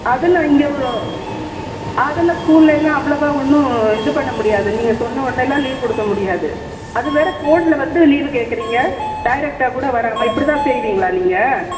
அது நான் இங்கே அதெலாம் ஸ்கூல்லெயெல்லாம் அவ்வளோவா ஒன்றும் இது பண்ண முடியாது நீங்கள் சொன்னவுன்னேலாம் லீவ் கொடுக்க முடியாது அது வேறு ஃபோனில் வந்து லீவு கேட்கறீங்க டேரெக்டாக கூட வராமல் இப்படி தான் செய்வீங்களா நீங்கள்